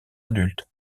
adultes